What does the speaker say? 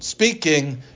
Speaking